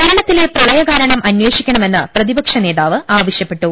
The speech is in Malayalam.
കേരളത്തിലെ പ്രളയകാരണം അന്വേഷിക്കണമെന്ന് പ്രതിപക്ഷ നേതാവ് ആവശ്യപ്പെട്ടു